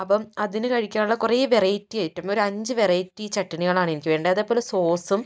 അപ്പം അതിനു കഴിക്കാനുള്ള കുറെ വെറൈറ്റി ഐറ്റം ഒരു അഞ്ച് വെറൈറ്റി ചട്നികളാണ് എനിക്ക് വേണ്ടത് അതേപോലെ സോസും